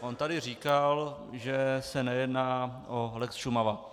On tady říkal, že se nejedná o lex Šumava.